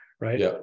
right